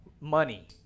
money